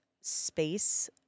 space